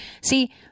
see